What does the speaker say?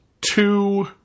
two